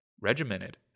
regimented